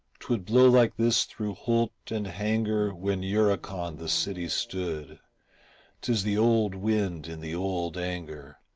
twould blow like this through holt and hanger when uricon the city stood tis the old wind in the old anger,